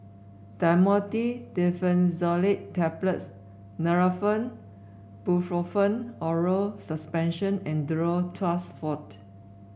Dhamotil Diphenoxylate Tablets Nurofen Ibuprofen Oral Suspension and Duro Tuss Forte